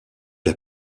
est